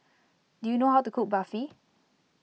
do you know how to cook Barfi